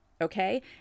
okay